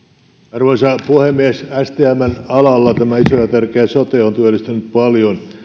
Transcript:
arvoisa puhemies stmn alalla tämä iso ja tärkeä sote on työllistänyt paljon